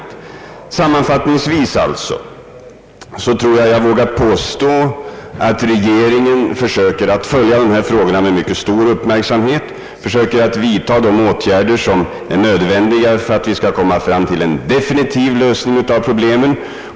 Jag vågar sammanfattningsvis påstå att regeringen försökt följa dessa frågor med stor uppmärksamhet och försöker vidta de åtgärder som är nödvändiga för att komma fram till en definitiv lösning av problemet.